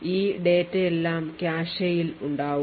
ഈ ഡാറ്റയെല്ലാം കാഷെയിൽ ഉണ്ടാകും